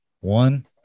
One